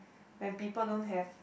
when people don't have